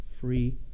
free